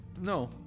No